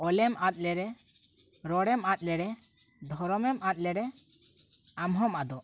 ᱚᱞᱮᱢ ᱟᱫ ᱞᱮᱨᱮ ᱨᱚᱲ ᱮᱢ ᱟᱫ ᱞᱮᱨᱮ ᱫᱷᱚᱨᱚᱢ ᱮᱢ ᱟᱫ ᱞᱮᱨᱮ ᱟᱢ ᱦᱚᱸᱢ ᱟᱫᱚᱜ